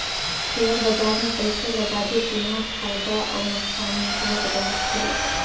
share बजार मे पइसा लगाबे तेमा फएदा अउ नोसकानी होत रहथे